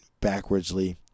backwardsly